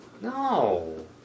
No